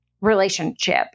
relationship